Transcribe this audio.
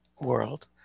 world